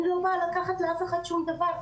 אני לא באה לקחת לאף אחד שום דבר,